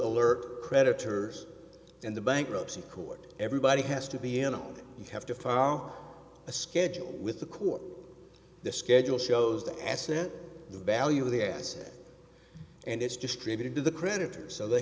alert creditors and the bankruptcy court everybody has to be and you have to follow a schedule with the court the schedule shows the asset value of the asset and it's distributed to the creditors so they